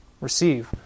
Receive